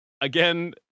Again